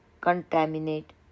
contaminate